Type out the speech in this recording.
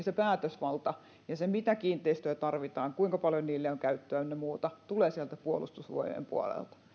se päätösvalta ja se mitä kiinteistöjä tarvitaan kuinka paljon niille on käyttöä ynnä muuta tulee sieltä puolustusvoimien puolelta